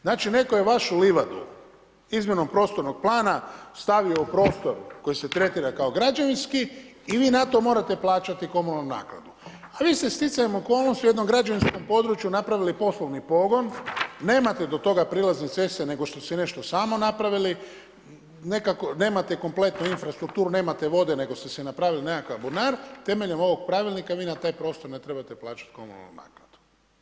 Znači netko je vašu livadu izmjenom prostornog plana stavio u prostor koji se tretira kao građevinski i vi na to morate plaćati komunalnu naknadu, a vi ste stjecajem okolnosti u jednom građevinskom području napravili poslovni pogon, nemate do tog prilazne ceste nego su si nešto sami napravili, nemate kompletnu infrastrukturu, nemate vode nego ste si napravili nekakav bunar, temeljem ovog pravilnika vi na taj prostor ne trebate plaćati komunalnu naknadu.